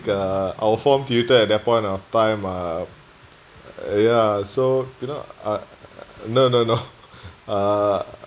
uh our form tutor at that point of time uh uh ya so you know uh no no no uh